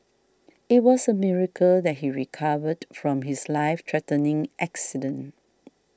it was a miracle that he recovered from his life threatening accident